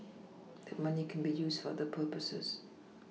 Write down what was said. that money can be used for other purposes